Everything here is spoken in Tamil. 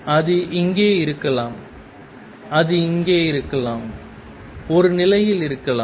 அது இங்கே இருக்கலாம் அது இங்கே இருக்கலாம் ஒரு நிலையில் இருக்கலாம்